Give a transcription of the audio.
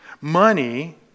money